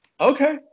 okay